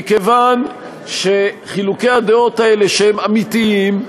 מכיוון שחילוקי הדעות האלה, שהם אמיתיים,